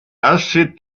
aussieht